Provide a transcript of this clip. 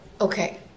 Okay